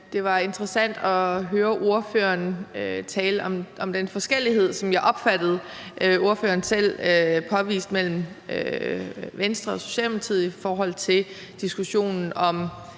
det var interessant at høre ordføreren tale om den forskellighed, som jeg opfattede at ordføreren selv påviste, mellem Venstre og Socialdemokratiet i forhold til diskussionen om,